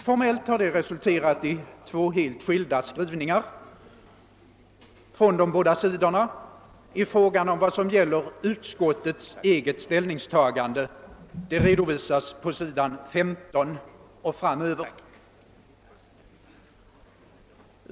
Formellt har detta resulterat i helt skilda skrivningar från de båda sidorna i fråga om utskottets eget ställningstagande; det redovisas på s. 15 och framöver.